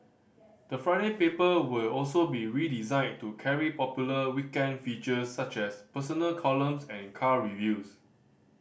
the Friday paper will also be redesigned to carry popular weekend features such as personal columns and car reviews